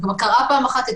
זה קרה פעם אחת, התרענו.